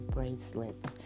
Bracelets